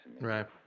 Right